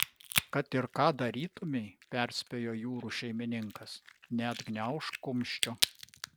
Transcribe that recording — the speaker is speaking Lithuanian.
kad ir ką darytumei perspėjo jūrų šeimininkas neatgniaužk kumščio